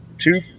Two